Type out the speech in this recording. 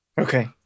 Okay